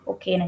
Okay